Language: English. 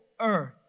earth